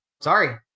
Sorry